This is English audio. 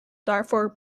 darfur